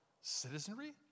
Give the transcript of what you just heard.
citizenry